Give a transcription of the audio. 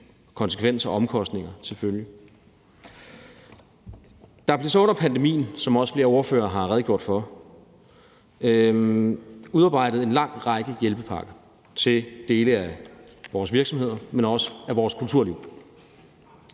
konsekvenser og omkostninger til følge. Der blev så under pandemien, hvad også flere ordførere har redegjort for, udarbejdet en lang række hjælpepakker til dele af vores virksomheder, men også til vores kulturliv.